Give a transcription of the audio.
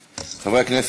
3198,